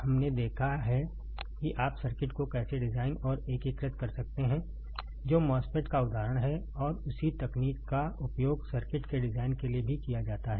तो अब हमने देखा है कि आप सर्किट को कैसे डिजाइन और एकीकृत कर सकते हैं जो MOSFET का उदाहरण है और उसी तकनीक का उपयोग सर्किट के डिजाइन के लिए भी किया जाता है